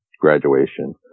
graduation